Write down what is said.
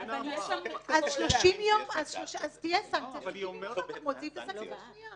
אז תהיה סנקציה ו-30 יום אחר כך מוציא את הסנקציה השנייה.